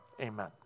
amen